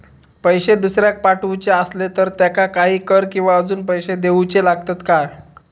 पैशे दुसऱ्याक पाठवूचे आसले तर त्याका काही कर किवा अजून पैशे देऊचे लागतत काय?